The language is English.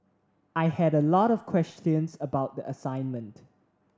I had a lot of questions about the assignment